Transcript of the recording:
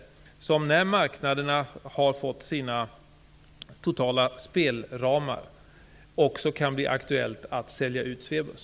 När marknaderna har fått sina totala spelramar, kan det också bli aktuellt med att sälja ut Swebus.